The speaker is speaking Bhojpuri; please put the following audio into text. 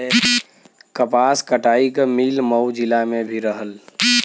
कपास कटाई क मिल मऊ जिला में भी रहल